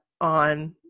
on